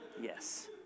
Yes